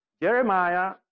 Jeremiah